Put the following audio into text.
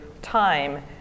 Time